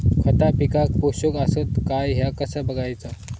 खता पिकाक पोषक आसत काय ह्या कसा बगायचा?